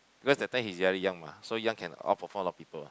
because that time he's very young mah so young can outperform a lot of people